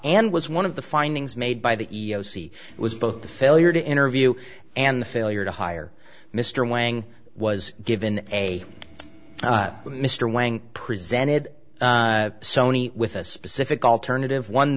and was one of the findings made by the e e o c was both the failure to interview and the failure to hire mr wang was given a mr wang presented sony with a specific alternative one